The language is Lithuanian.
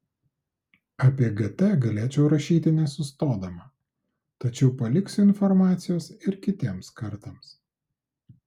apie gt galėčiau rašyti nesustodama tačiau paliksiu informacijos ir kitiems kartams